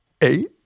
Eight